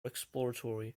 exploratory